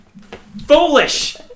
Foolish